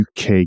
UK